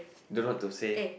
don't know what to say